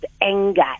anger